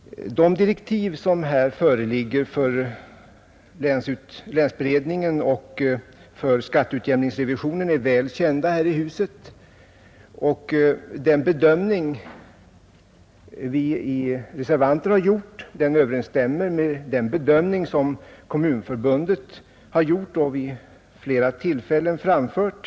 De direktiv som föreligger för länsberedningen och för skatteutjämningsrevisionen är väl kända i detta hus. Den bedömning som vi reservanter har gjort överensstämmer med den bedömning som Kommunförbundet har gjort och vid flera tillfällen framfört.